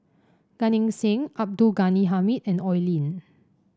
Gan Eng Seng Abdul Ghani Hamid and Oi Lin